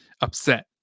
upset